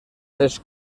les